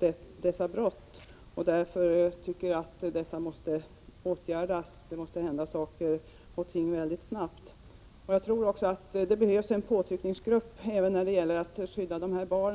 sådana brott. Därför tycker jag att detta måste åtgärdas. Det måste hända saker och ting väldigt snabbt. Jag tror också att det behövs en påtryckningsgrupp för att skydda dessa barn.